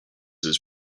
his